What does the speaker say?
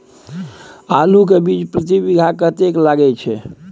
आलू के बीज प्रति बीघा कतेक लागय छै?